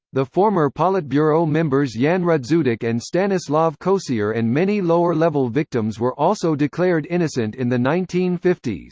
the former politburo members yan rudzutak and stanislav kosior and many lower-level victims were also declared innocent in the nineteen fifty s.